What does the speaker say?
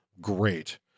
great